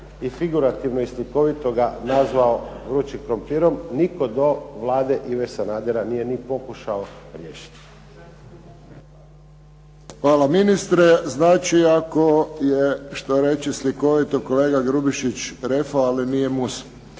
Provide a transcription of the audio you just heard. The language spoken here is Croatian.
i figurativno i slikovito ga nazvao vrućim krumpirom, nitko do Vlade Ive Sanadera nije ni pokušao riješiti. **Friščić, Josip (HSS)** Hvala ministre. Znači, ako je što će reče slikovito kolega Grubišić refo ali nije mus.